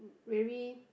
very